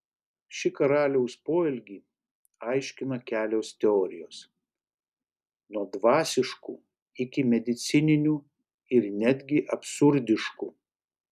šį karaliaus poelgį aiškina kelios teorijos nuo dvasiškų iki medicininių ir netgi absurdiškų